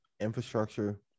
infrastructure